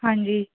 ਹਾਂਜੀ